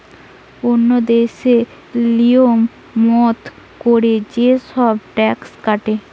ওন্য দেশে লিয়ম মত কোরে যে সব ট্যাক্স কাটে